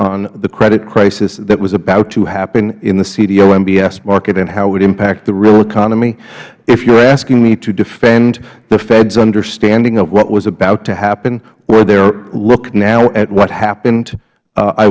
on the credit crisis that was about to happen in the cdo mbs market and how it would impact the real economy if you are asking me to defend the fed's understanding of what was about to happen or their look now at what happened